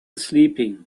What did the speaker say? sleeping